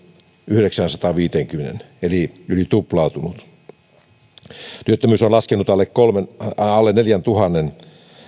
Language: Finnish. yhdeksäänsataanviiteenkymmeneen eli yli tuplaantunut työttömyys on laskenut alle neljäntuhannen